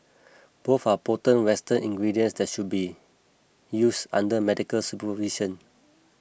both are potent western ingredients that should be use under medical supervision